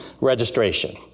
registration